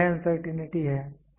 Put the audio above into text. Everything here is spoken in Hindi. तो यह अनसर्टेंटी है